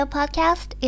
Podcast